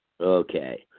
okay